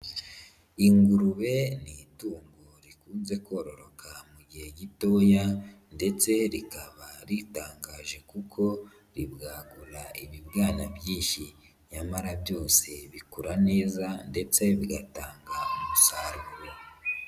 Ingurube ni itungo rikunze kororoka mu gihe gitoya ndetse rikaba ritangaje kuko ribwagura ibibwana byinshi nyamara byose bikura neza ndetse bigatanga umusaruro.